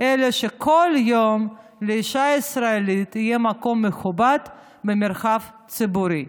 אלא שבכל יום לאישה הישראלית יהיה מקום מכובד במרחב הציבורי,